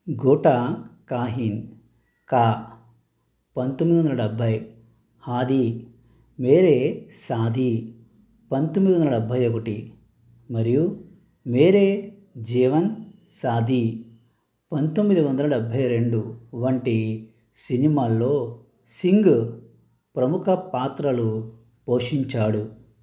ఝూటా కహీ కా పంతొమ్మిది వందల డెబ్బై హాథీ మేరే సాథీ పంతొమ్మిది వందల డబ్బై ఒకటి మరియు మేరే జీవన్ సాథీ పంతొమ్మిది వందల డబ్బై రెండు వంటి సినిమాల్లో సింగ్ ప్రముఖ పాత్రలు పోషించాడు